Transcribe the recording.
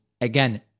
again